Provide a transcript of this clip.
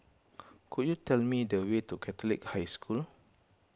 could you tell me the way to Catholic High School